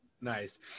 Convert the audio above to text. Nice